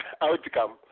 outcome